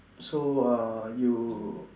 so uh you